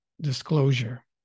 Disclosure